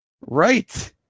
right